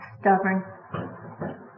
stubborn